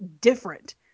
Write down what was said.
different